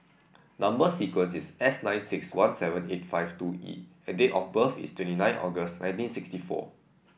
number sequence is S nine six one seven eight five two E and date of birth is twenty nine August nineteen sixty four